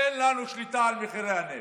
אין לנו שליטה על מחירי הנפט.